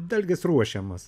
dalgis ruošiamas